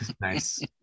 Nice